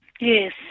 Yes